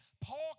Paul